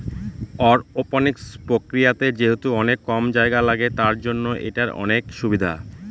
aeroponics প্রক্রিয়াতে যেহেতু অনেক কম জায়গা লাগে, তার জন্য এটার অনেক সুবিধা